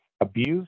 abuse